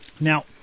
Now